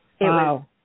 Wow